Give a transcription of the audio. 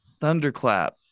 thunderclap